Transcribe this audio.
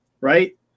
right